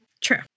true